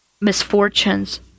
misfortunes